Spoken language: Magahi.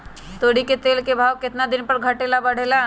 तोरी के तेल के भाव केतना दिन पर घटे ला बढ़े ला?